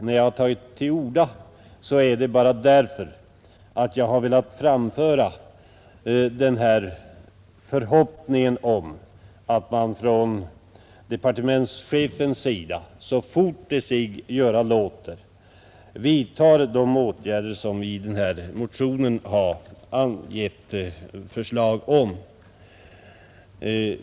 När jag har tagit till orda är det bara därför att jag har velat framföra förhoppningen om att departementschefen så fort det sig göra låter vidtar de åtgärder som vi i den här motionen har föreslagit.